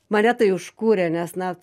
mane tai užkūrė nes na